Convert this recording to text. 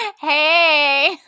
Hey